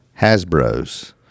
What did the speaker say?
Hasbros